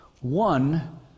One